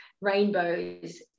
rainbows